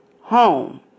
home